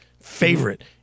Favorite—